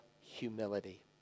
humility